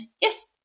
yes